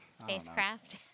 Spacecraft